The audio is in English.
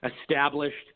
established